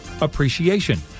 Appreciation